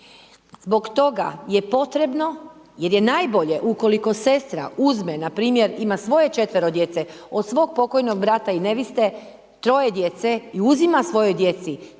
Zbog toga je potrebno, jer je najbolje ukoliko sestra uzme npr. ima svoje 4-ero djece, od svog pokojnog brata i neviste 3-oje djece i uzima svojoj djeci,